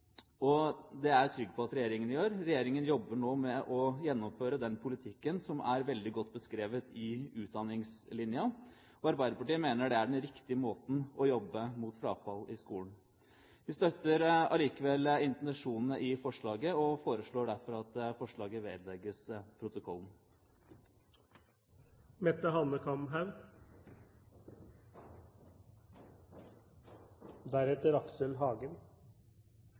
og det er jeg trygg på at regjeringen gjør. Regjeringen jobber nå med å gjennomføre den politikken som er veldig godt beskrevet i Utdanningslinja. Arbeiderpartiet mener det er den riktige måten å jobbe mot frafall i skolen på. Vi støtter likevel intensjonene i forslaget og foreslår derfor at forslaget vedlegges